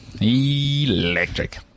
electric